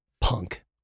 Punk